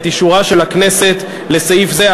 את אישורה של הכנסת לסעיף זה,